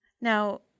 Now